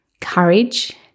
courage